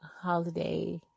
holiday